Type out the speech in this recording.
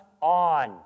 on